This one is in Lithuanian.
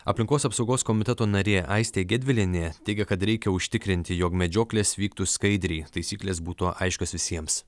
aplinkos apsaugos komiteto narė aistė gedvilienė teigia kad reikia užtikrinti jog medžioklės vyktų skaidriai taisyklės būtų aiškios visiems